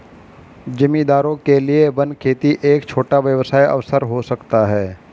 जमींदारों के लिए वन खेती एक छोटा व्यवसाय अवसर हो सकता है